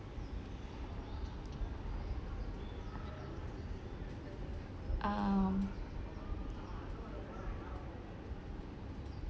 um